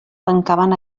tancaven